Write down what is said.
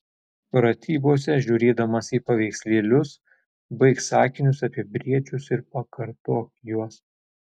pratybose žiūrėdamas į paveikslėlius baik sakinius apie briedžius ir pakartok juos